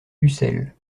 ussel